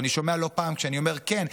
אבל כשאני אומר שכן,